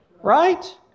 Right